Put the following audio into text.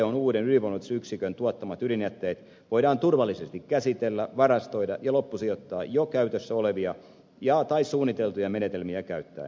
tvon uuden ydinvoimayksikön tuottamat ydinjätteet voidaan turvallisesti käsitellä varastoida ja loppusijoittaa jo käytössä olevia tai suunniteltuja menetelmiä käyttäen